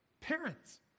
parents